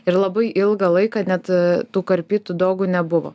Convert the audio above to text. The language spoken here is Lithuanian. ir labai ilgą laiką net tų karpytų dogų nebuvo